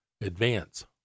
advance